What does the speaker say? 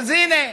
אז הינה,